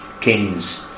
Kings